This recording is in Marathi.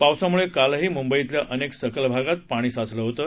पावसामुळे कालही मुंबईतल्या अनेक सखल भागांत पाणी साचलं होतं